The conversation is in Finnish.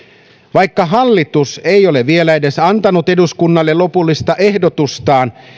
vaikka hallitus ei ole vielä edes antanut eduskunnalle lopullista ehdotustaan